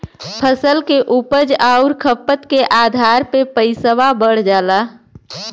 फसल के उपज आउर खपत के आधार पे पइसवा बढ़ जाला